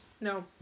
No